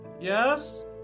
Yes